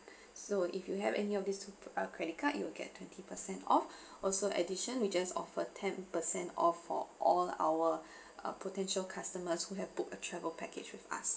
so if you have any of this to~ uh credit card you will get twenty percent off also addition we just offer ten percent off for all our uh potential customers who have booked a travel package with us